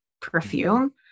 perfume